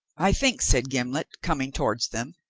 i think, said gimblet, coming towards them,